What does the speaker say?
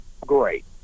great